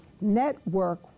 network